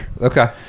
Okay